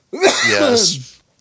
Yes